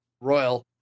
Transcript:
Royal